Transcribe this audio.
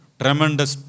tremendous